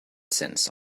sense